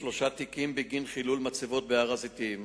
4. האם המעצר בגלל הזזת כיסא היה מוצדק?